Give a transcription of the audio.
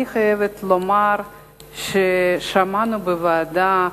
אני חייבת לומר ששמענו בוועדה,